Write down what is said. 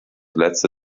letzte